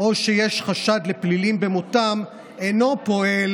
או שיש חשד לפלילים במותם, אינו פועל